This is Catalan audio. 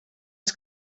als